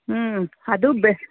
ಹ್ಞೂ ಅದು ಬೆಸ್